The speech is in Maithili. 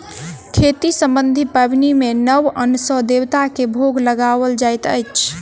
खेती सम्बन्धी पाबनि मे नव अन्न सॅ देवता के भोग लगाओल जाइत अछि